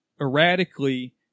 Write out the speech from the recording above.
erratically